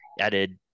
added